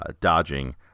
dodging